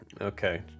okay